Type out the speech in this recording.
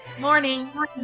Morning